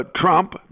Trump